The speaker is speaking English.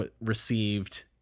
received